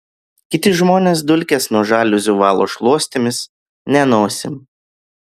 kiti žmonės dulkes nuo žaliuzių valo šluostėmis ne nosim